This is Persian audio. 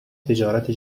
تجارت